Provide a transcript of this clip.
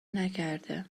نکرده